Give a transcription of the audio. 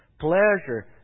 pleasure